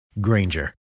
Granger